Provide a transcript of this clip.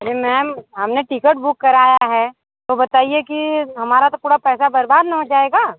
अरे मैम हमने ticket book कराया है तो बताइए कि हमारा तो पूरा पैसा बर्बाद ना हो जाएगा